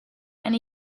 and